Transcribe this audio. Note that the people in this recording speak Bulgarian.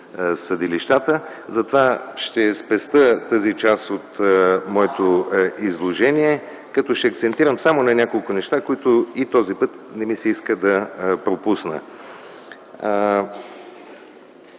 съдилищата, затова ще спестя тази част от моето изложение, като ще акцентирам само на няколко неща, които и този път не ми се иска да пропусна.